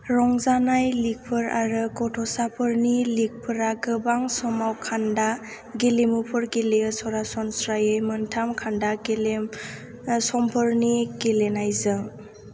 रंजानाय लिगफोर आरो गथ'साफोरनि लिगफोरा गोबां समाव खान्दा गेलेमुफोर गेलेयो सरासनस्रायै मोन्थाम खान्दा गेले समफोरनि गेलेनायजों